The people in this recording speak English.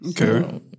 Okay